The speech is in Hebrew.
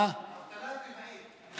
אבטלה טבעית.